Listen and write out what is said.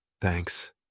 Thanks